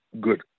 good